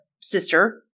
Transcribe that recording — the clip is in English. sister